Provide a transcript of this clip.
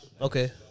Okay